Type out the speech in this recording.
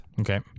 Okay